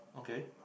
okay